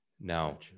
Now